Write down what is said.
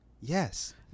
yes